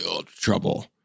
trouble